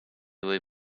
või